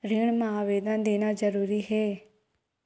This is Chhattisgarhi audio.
ऋण मा आवेदन देना जरूरी हे?